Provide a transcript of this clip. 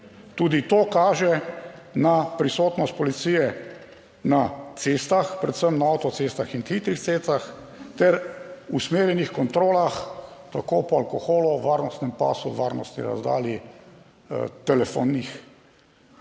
Tudi to kaže na prisotnost policije na cestah, predvsem na avtocestah in hitrih cestah ter usmerjenih kontrolah tako po alkoholu, varnostnem pasu, varnostni razdalji, telefonih,